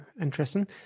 Interesting